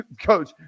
Coach